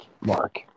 Mark